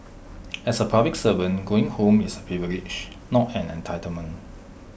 as A public servant going home is A privilege not an entitlement